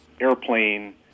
airplane